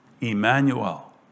Emmanuel